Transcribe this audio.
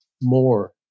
more